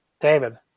David